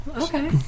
Okay